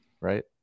right